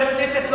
חבר הכנסת,